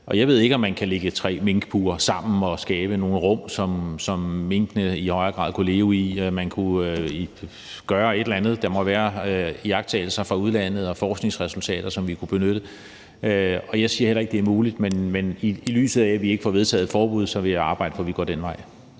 Jeg ved ikke, om man kan lægge tre minkbure sammen og skabe nogle rum, som minkene i højere grad kunne leve i. Man kunne gøre et eller andet; der må være iagttagelser fra udlandet og forskningsresultater, som vi kunne benytte. Jeg siger heller ikke, det er muligt, men i lyset af at vi ikke får vedtaget et forbud, vil jeg arbejde for, at vi går den vej.